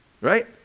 Right